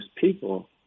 people